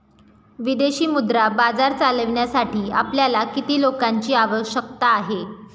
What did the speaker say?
विदेशी मुद्रा बाजार चालविण्यासाठी आपल्याला किती लोकांची आवश्यकता आहे?